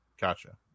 Gotcha